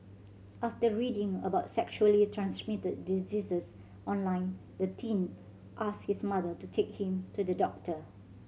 after reading about sexually transmitted diseases online the teen asked his mother to take him to the doctor